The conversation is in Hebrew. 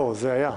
לא, זה היה.